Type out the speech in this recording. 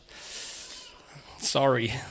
Sorry